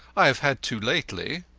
i have had to lately.